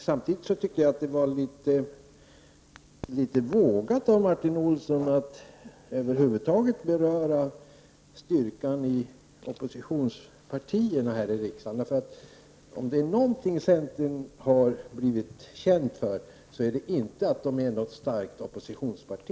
Samtidigt tyckte jag att det var litet vågat av Martin Olsson att över huvud taget beröra styrkan i oppositionspartierna här i riksdagen. Centern har ju nämligen inte blivit känd för att vara något starkt oppositionsparti.